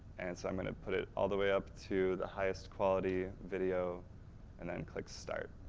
and so, i'm going to put it all the way up to the highest quality video and then click start.